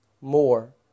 more